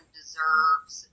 deserves